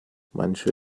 manche